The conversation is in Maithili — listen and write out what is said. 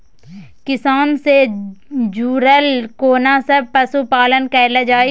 किसान से जुरल केना सब पशुपालन कैल जाय?